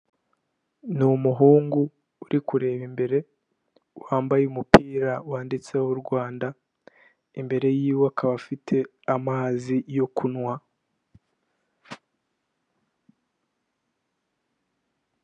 Ni umuhungu uri kureba imbere wambaye umupira wanditseho Rwanda, imbere yiwe akaba afite amazi yo kunywa.